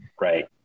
Right